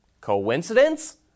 Coincidence